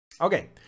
okay